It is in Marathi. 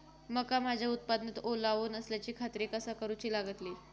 मका माझ्या उत्पादनात ओलावो नसल्याची खात्री कसा करुची लागतली?